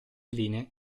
linee